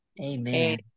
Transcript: Amen